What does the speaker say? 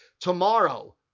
Tomorrow